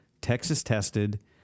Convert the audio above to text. Texas-tested